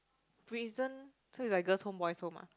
reason so is like girls home boys home ah